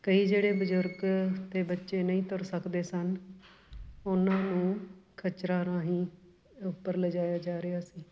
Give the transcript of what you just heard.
ਕਈ ਜਿਹੜੇ ਬਜ਼ੁਰਗ ਅਤੇ ਬੱਚੇ ਨਹੀਂ ਤੁਰ ਸਕਦੇ ਸਨ ਉਹਨਾਂ ਨੂੰ ਖੱਚਰਾ ਰਾਹੀਂ ਉੱਪਰ ਲਿਜਾਇਆ ਜਾ ਰਿਹਾ ਸੀ